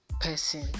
person